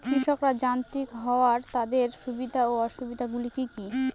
কৃষকরা যান্ত্রিক হওয়ার তাদের সুবিধা ও অসুবিধা গুলি কি কি?